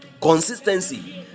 Consistency